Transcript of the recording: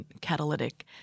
catalytic